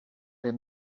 him